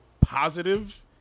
positive